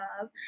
love